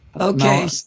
Okay